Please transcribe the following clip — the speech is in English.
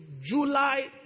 July